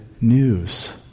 news